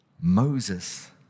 Moses